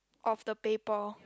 of the play ball